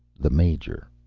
the major.